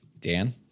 Dan